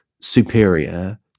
superior